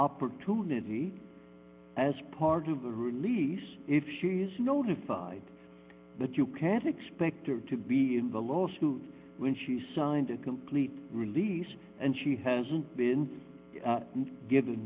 opportunity as part of the release if she is notified that you can't expect her to be in the lawsuit when she signed a complete release and she hasn't been given